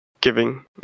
giving